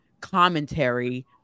commentary